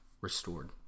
restored